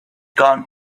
gone